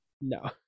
no